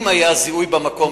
אם היה זיהוי במקום,